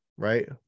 Right